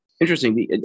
Interesting